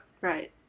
right